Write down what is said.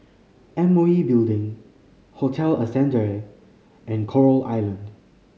M O E Building Hotel Ascendere and Coral Island